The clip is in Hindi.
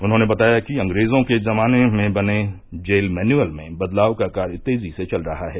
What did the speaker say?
उन्होंने बताया कि अंग्रेजों के जमाने में बने जेल मैन्युअल में बदलाव का कार्य तेजी से चल रहा है